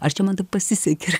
ar čia man pasisekė